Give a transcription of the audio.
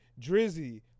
Drizzy